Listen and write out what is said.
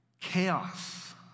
chaos